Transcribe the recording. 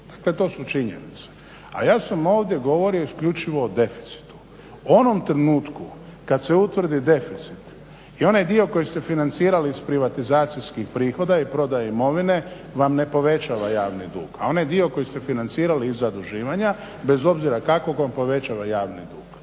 Dakle, to su činjenice. A ja sam ovdje govorio isključivo o deficitu. U onom trenutku kad se utvrdi deficit i onaj dio koji ste financirali iz privatizacijskih prihoda i prodaje imovine vam ne povećava javni dug, a onaj dio koji ste financirali iz zaduživanja bez obzira kakvog on povećava javni dug.